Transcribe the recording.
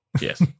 yes